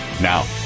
Now